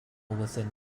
within